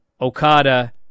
Okada